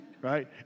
right